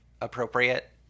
appropriate